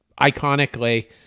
iconically